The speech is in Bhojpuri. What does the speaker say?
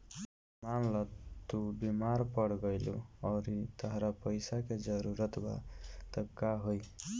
मान ल तू बीमार पड़ गइलू अउरी तहरा पइसा के जरूरत बा त का होइ